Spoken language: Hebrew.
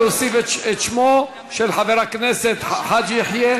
להוסיף את שמו של חבר הכנסת חאג' יחיא,